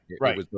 right